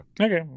Okay